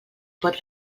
pot